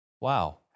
Wow